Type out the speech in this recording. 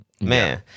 man